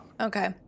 Okay